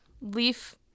leaf